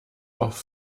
auch